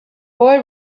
boy